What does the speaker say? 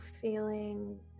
feeling